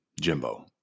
Jimbo